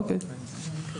אוקיי.